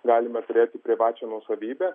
galime turėti privačią nuosavybę